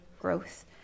growth